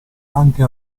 anche